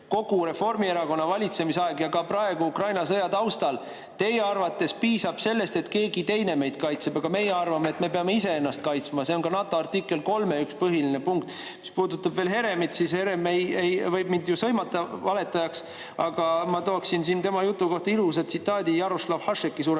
kogu Reformierakonna valitsemise aja on olnud nii ja ka praegu Ukraina sõja taustal teie arvates piisab sellest, et keegi teine meid kaitseb. Aga meie arvame, et me peame ise ennast kaitsma. See on ka NATO artikli 3 üks põhiline punkt. Mis puudutab veel Heremit, siis Herem võib mind ju sõimata valetajaks, aga ma toon tema jutu kohta ilusa tsitaadi Jaroslav Hašeki